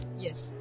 Yes